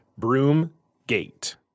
Broomgate